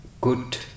good